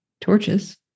torches